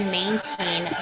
maintain